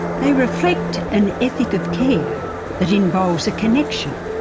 they reflect an ethic of care that involves a connection,